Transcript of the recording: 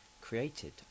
created